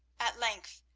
at length,